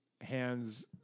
hands